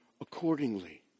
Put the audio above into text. accordingly